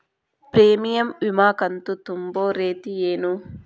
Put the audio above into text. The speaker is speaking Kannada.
ಪ್ರೇಮಿಯಂ ವಿಮಾ ಕಂತು ತುಂಬೋ ರೇತಿ ಏನು?